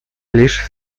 лишь